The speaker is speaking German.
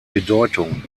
bedeutung